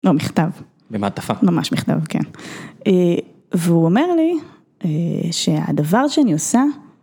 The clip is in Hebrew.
לא, מכתב. במעטפה. ממש מכתב, כן. והוא אומר לי שהדבר שאני עושה